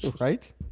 right